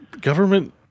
government